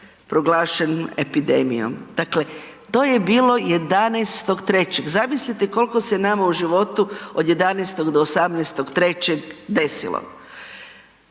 proglašen epidemijom, dakle, to je bilo 11.3.. Zamislite kolko se nama u životu od 11. do 18.3. desilo?